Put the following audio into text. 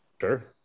Sure